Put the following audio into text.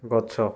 ଗଛ